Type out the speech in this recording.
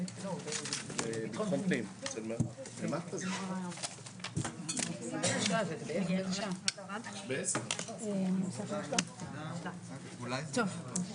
10:00.